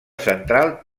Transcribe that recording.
central